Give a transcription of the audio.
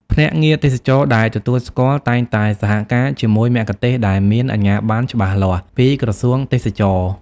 ភ្នាក់ងារទេសចរណ៍ដែលទទួលស្គាល់ តែងតែសហការជាមួយមគ្គុទ្ទេសក៍ដែលមាន អាជ្ញាប័ណ្ណច្បាស់លាស់ ពីក្រសួងទេសចរណ៍។